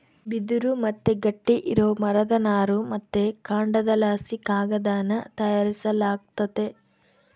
ಬಿದಿರು ಮತ್ತೆ ಗಟ್ಟಿ ಇರೋ ಮರದ ನಾರು ಮತ್ತೆ ಕಾಂಡದಲಾಸಿ ಕಾಗದಾನ ತಯಾರಿಸಲಾಗ್ತತೆ